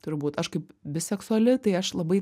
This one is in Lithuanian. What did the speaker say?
turbūt aš kaip biseksuali tai aš labai